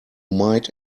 might